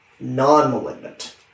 non-malignant